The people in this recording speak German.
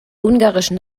ungarischen